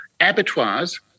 Abattoirs